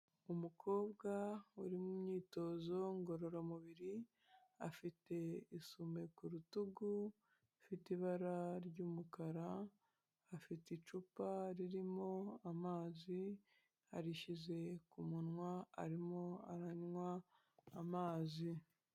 Umukobwa uri mu myitozo ngororamubiri, afite isume ku rutugu ifite ibara ry'umukara, afite icupa ririmo amazi, arishyize ku munwa arimo aranywa amazi.